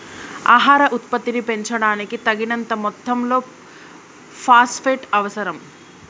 ఆహార ఉత్పత్తిని పెంచడానికి, తగినంత మొత్తంలో ఫాస్ఫేట్ అవసరం